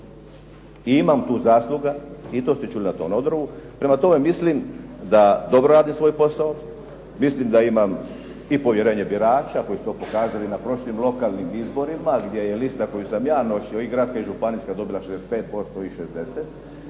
i imam tu zasluga. I to ste čuli na tom odboru. Prema tome, mislim da dobro radim svoj posao, mislim da imam i povjerenje birača koji su to pokazali na prošlim lokalnim izborima, gdje je lista koju sam ja nosio i gradska i županijska dobila 65% i 60.